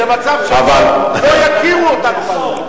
למצב שבו לא יכירו אותנו בעולם.